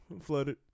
flooded